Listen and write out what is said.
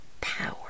power